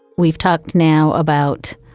we've talked now about